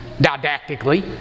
didactically